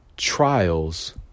Trials